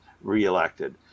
reelected